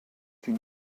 une